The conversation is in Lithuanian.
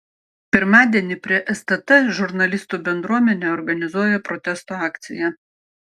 pirmadienį prie stt žurnalistų bendruomenė organizuoja protesto akciją